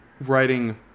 writing